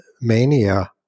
mania